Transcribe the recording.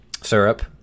Syrup